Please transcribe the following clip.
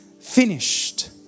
finished